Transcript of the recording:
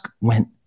went